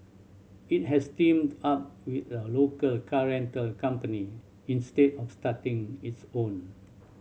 it has teamed up with a local car rental company instead of starting its own